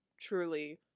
truly